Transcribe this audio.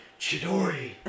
chidori